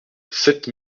sept